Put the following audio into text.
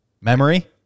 memory